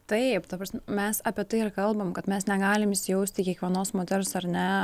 taip ta prasme mes apie tai ir kalbam kad mes negalim įsijausti į kiekvienos moters ar ne